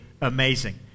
Amazing